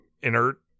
inert